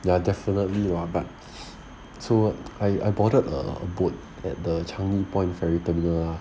ya definitely hor ya but so I I boarded a boat at the changi point ferry terminal ah